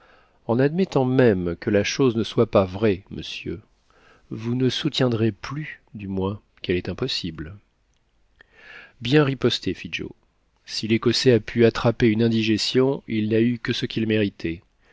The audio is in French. en admettant même que la chose ne soit pas vraie monsieur vous ne soutiendrez plus du moins qu'elle est impossible bien riposté fit joe si l'écossais a pu attraper une indigestion il n'a eu que ce qu'il méritait